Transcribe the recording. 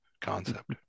concept